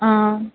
ஆ